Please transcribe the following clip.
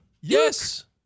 Yes